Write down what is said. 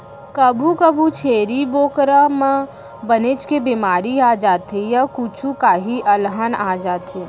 कभू कभू छेरी बोकरा म बनेच के बेमारी आ जाथे य कुछु काही अलहन आ जाथे